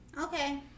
Okay